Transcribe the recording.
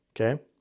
Okay